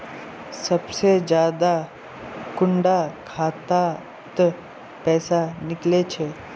सबसे ज्यादा कुंडा खाता त पैसा निकले छे?